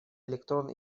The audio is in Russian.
электрон